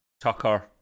Tucker